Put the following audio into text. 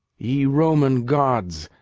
the roman gods,